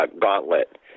gauntlet